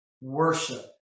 worship